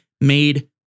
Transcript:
made